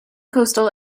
coastal